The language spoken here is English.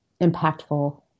impactful